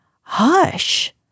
Hush